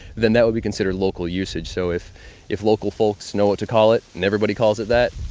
then that would be considered local usage. so if if local folks know what to call it, then everybody calls it that,